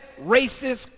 racist